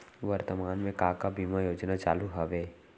वर्तमान में का का बीमा योजना चालू हवये